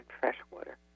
freshwater